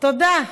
תודה.